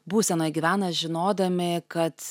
būsenoj gyvena žinodami kad